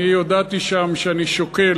אני הודעתי שם שאני שוקל